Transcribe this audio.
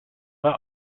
war